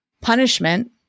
punishment